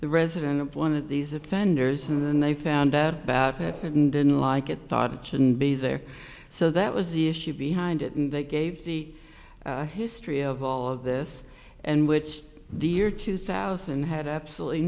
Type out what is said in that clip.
the resident of one of these offenders and then they found out about it and didn't like it thought it shouldn't be there so that was the issue behind it and they gave the history of all of this and which the year two thousand had absolutely